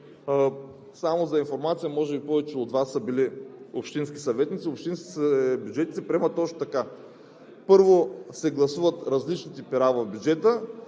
Само за информация – може би повече от Вас са били общински съветници, общинските бюджети се приемат точно така. Първо се гласуват различните пера в бюджета,